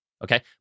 okay